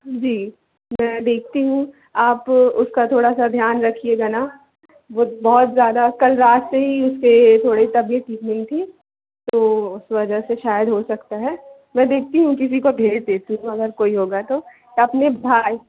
जी मैं देखती हूँ आप उसका थोड़ा सा ध्यान रखिएगा ना वो बहुत ज़्यादा कल रात से ही उसकी थोड़ी तबियत ठीक नहीं थी तो उस वजह से शायद हो सकता है मैं देखती हूँ किसी को भेज देती हूँ अगर कोई होगा तो अपने भाई